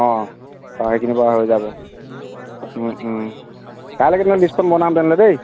অঁ তাৰ সেইখিনি বাৰু হৈ যাব কাইলেকে তেনে লিষ্টখন বনাম তেনেহ'লে দেই